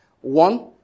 One